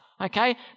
okay